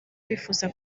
bifuza